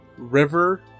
river